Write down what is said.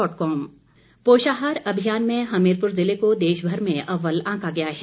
award पोषाहार अभियान में हमीरपुर ज़िले को देशभर में अव्वल आंका गया है